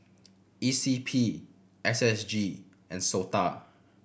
E C P S S G and SOTA